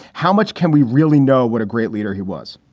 how much can we really know what a great leader he was?